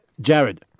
Jared